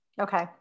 Okay